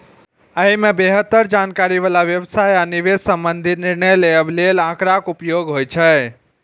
अय मे बेहतर जानकारी बला व्यवसाय आ निवेश संबंधी निर्णय लेबय लेल आंकड़ाक उपयोग होइ छै